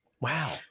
Wow